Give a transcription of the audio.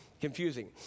confusing